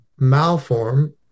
malform